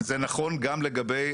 להיפך,